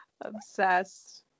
obsessed